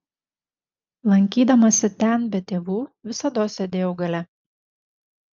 lankydamasi ten be tėvų visados sėdėjau gale